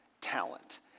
talent